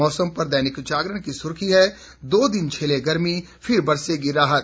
मौसम पर दैनिक जागरण की सुर्खी है दो दिन झेलें गर्मी फिर बरसेगी राहत